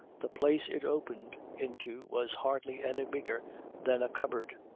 the place it opened into was hardly any bigger than a cupboard.